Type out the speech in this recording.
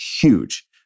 Huge